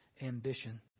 ambition